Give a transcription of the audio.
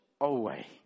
away